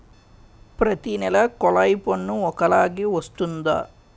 ప్రతి నెల కొల్లాయి పన్ను ఒకలాగే వస్తుందా?